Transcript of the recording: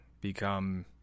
become